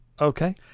Okay